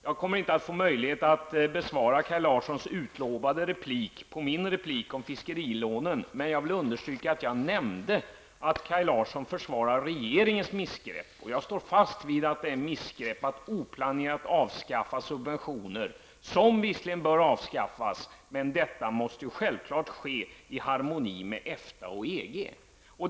Jag kommer inte att få möjlighet att besvara Kaj Larssons utlovade replik på min replik om fiskerilånen. Men jag vill understryka att jag nämnde att Kaj Larsson försvarar regeringens missgrepp. Och jag står fast vid att det är fråga om missgrepp att oplanerat avskaffa subventioner som visserligen bör avskaffas, men detta måste självfallet ske i harmoni med EFTA och EG.